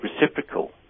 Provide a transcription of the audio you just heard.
reciprocal